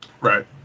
right